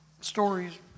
stories